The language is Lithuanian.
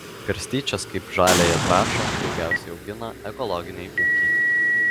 garstyčias kaip žaliąją trąšą daugiausiai augina ekologiniai ūkiai